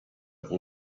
pro